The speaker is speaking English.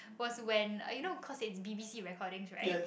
was when you know cause it's B_B_C recordings right